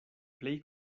plej